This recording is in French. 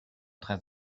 très